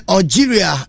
Algeria